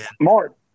Mark